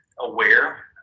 aware